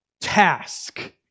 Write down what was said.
task